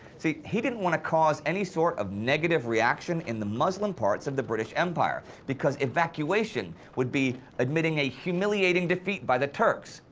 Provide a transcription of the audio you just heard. he didn't want to cause any sort of negative reaction in the muslim parts of the british empire because evacuation would be admitting a humiliating defeat by the turks.